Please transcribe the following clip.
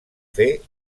fer